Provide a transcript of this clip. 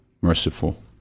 Merciful